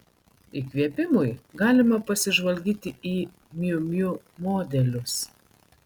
įkvėpimui galima pasižvalgyti į miu miu modelius